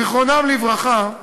זיכרונם לברכה,